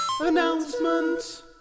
Announcement